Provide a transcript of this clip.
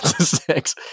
six